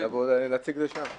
לבוא ולהציג שם.